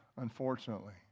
unfortunately